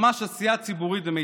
ממש עשייה ציבורית במיטבה.